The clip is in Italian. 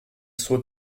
suo